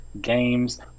games